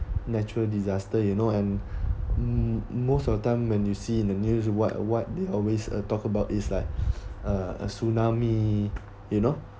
natural disaster you know and um most of the time when you see in the news what what they always uh talk about is like uh tsunami you know